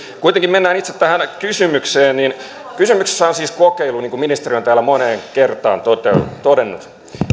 kuitenkin mennään itse tähän kysymykseen kysymyksessä on siis kokeilu niin kuin ministeri on täällä moneen kertaan todennut todennut